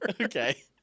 Okay